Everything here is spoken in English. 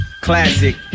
Classic